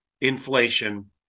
inflation